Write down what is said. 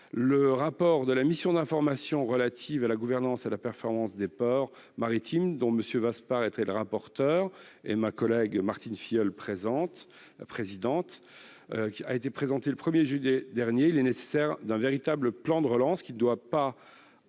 Le rapport de la mission d'information relative à la gouvernance et à la performance des ports maritimes, dont Michel Vaspart était le rapporteur et Martine Filleul la présidente, a été présenté le 1 juillet dernier. Il estime nécessaire un véritable plan de relance, sans attendre